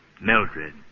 Mildred